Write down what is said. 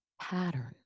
pattern